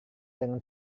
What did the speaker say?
dengan